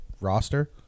roster